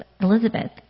Elizabeth